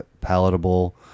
palatable